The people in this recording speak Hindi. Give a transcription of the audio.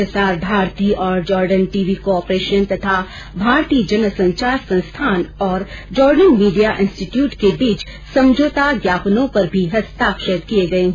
प्रसार भारती और जॉर्डन टीवी को ऑपरेशन तथा भारतीय जन संचार संस्थान और जॉर्डन मीडिया इंस्टीट्यूट के बीच समझौता ज्ञापनों पर भी हस्ताक्षर किये गये हैं